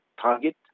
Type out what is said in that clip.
target